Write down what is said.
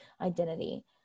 identity